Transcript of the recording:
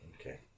Okay